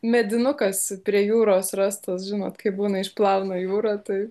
medinukas prie jūros rastas žinot kaip būna išplauna jūra tai